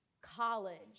College